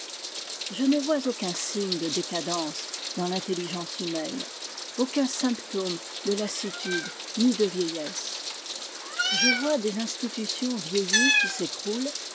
je ne vois aucun signe de décadence dans l'intelligence humaine aucun symptôme de lassitude ni de vieillesse je vois des institutions vieillies qui s'écroulent